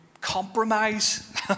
compromise